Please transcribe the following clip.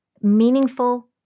meaningful